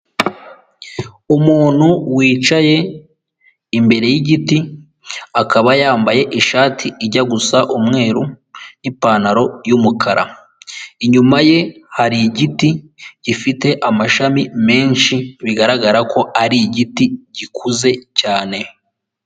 Umuntu wicaye imbere yigiti akaba yambaye ishati ijya gusa umweru n'ipantaro y'umukara, inyuma ye hari igiti gifite amashami menshi bigaragara ko ari igiti gikuze cyane.